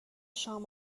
شام